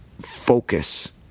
focus